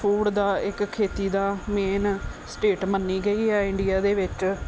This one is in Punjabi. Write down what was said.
ਫ਼ੂਡ ਦਾ ਇੱਕ ਖੇਤੀ ਦਾ ਮੇਨ ਸਟੇਟ ਮੰਨੀ ਗਈ ਹੈ ਇੰਡੀਆ ਦੇ ਵਿੱਚ